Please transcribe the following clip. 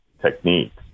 techniques